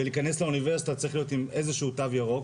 ולהיכנס לאוניברסיטה צריך להיות עם איזשהו תו ירוק,